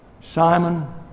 Simon